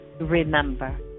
Remember